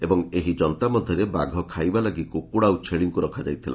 ଏବଂ ଏହି ଯନ୍ତା ମଧ୍ୟରେ ବାଘ ଖାଇବା ଲାଗି କୁକୁଡ଼ା ଆଉ ଛେଳିଙ୍କୁ ରଖାଯାଇଥିଲା